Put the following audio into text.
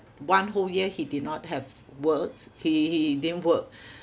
one whole year he did not have works he he didn't work